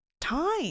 time